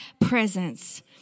presence